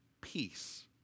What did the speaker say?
peace